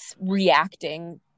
reacting